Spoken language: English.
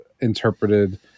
interpreted